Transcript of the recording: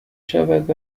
شود